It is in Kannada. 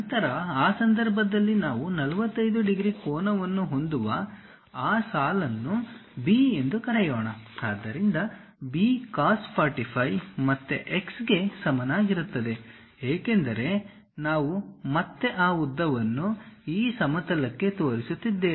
ನಂತರ ಆ ಸಂದರ್ಭದಲ್ಲಿ ನಾವು 45 ಡಿಗ್ರಿ ಕೋನವನ್ನು ಹೊಂದುವ ಆ ಸಾಲನ್ನು B ಎಂದು ಕರೆಯೋಣ ಆದ್ದರಿಂದ B cos 45 ಮತ್ತೆ x ಗೆ ಸಮಾನವಾಗಿರುತ್ತದೆ ಏಕೆಂದರೆ ನಾವು ಮತ್ತೆ ಆ ಉದ್ದವನ್ನು ಈ ಸಮತಲಕ್ಕೆ ತೋರಿಸುತ್ತಿದ್ದೇವೆ